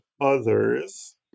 others